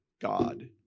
God